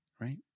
right